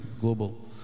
global